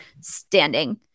standing